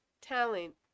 talent